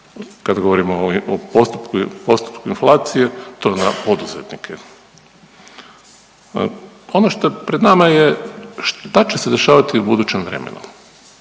kad govorimo o postotku inflacije to na poduzetnike. Ono što je pred nama šta će se dešavati u budućem vremenu?